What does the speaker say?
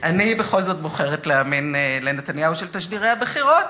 אני בכל זאת בוחרת להאמין לנתניהו של תשדירי הבחירות,